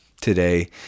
today